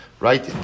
right